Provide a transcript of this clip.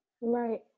right